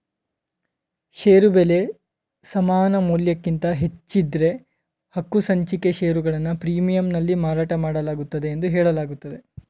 ಷೇರು ಬೆಲೆ ಸಮಾನಮೌಲ್ಯಕ್ಕಿಂತ ಹೆಚ್ಚಿದ್ದ್ರೆ ಹಕ್ಕುಸಂಚಿಕೆ ಷೇರುಗಳನ್ನ ಪ್ರೀಮಿಯಂನಲ್ಲಿ ಮಾರಾಟಮಾಡಲಾಗುತ್ತೆ ಎಂದು ಹೇಳಲಾಗುತ್ತೆ